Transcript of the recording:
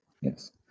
Yes